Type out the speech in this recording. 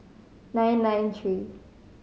nine nine three